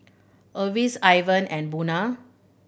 Lesia Ivan and Buna